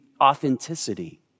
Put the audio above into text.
authenticity